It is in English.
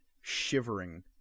shivering